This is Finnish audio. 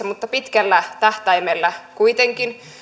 mutta pitkällä tähtäimellä kuitenkin